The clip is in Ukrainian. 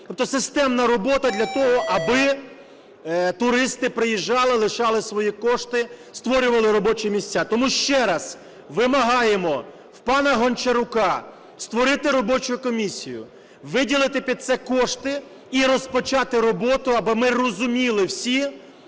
системна робота для того, аби туристи приїжджали, лишали свої кошти, створювали робочі місця. Тому ще раз, вимагаємо у пана Гончарука створити робочу комісію, виділити під це кошти і розпочати роботу, аби ми розуміли всі,